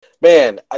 Man